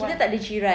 kita tak ada jiran